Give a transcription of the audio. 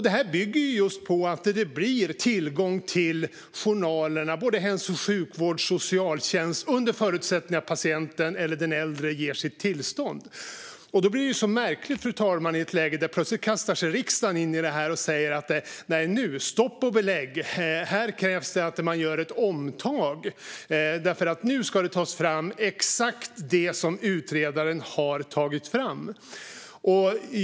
Det här bygger på att det blir tillgång till journalerna inom både hälso och sjukvård och socialtjänst under förutsättning att patienten eller den äldre ger sitt tillstånd. I det läget blir det märkligt, fru talman, att riksdagen plötsligt kastar sig in och säger: Nej nu, stopp och belägg! Här krävs det att man gör ett omtag. Nu ska det tas fram exakt det som utredaren har tagit fram.